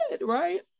right